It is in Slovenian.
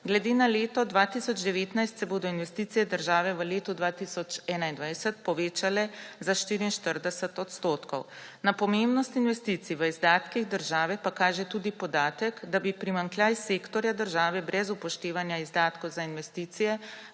Glede na leto 2019 se bodo investicije države v letu 2021 povečale za 44 %. Na pomembnost investicij v izdatkih države pa kaže tudi podatek, da bi primanjkljaj sektorja države brez upoštevanja izdatkov za investicije